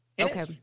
Okay